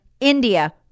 India